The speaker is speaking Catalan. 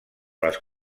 les